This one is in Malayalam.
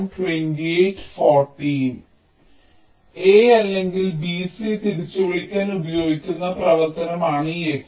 a അല്ലെങ്കിൽ b c തിരിച്ചുവിളിക്കാൻ ഉപയോഗിക്കുന്ന പ്രവർത്തനമാണ് ഈ x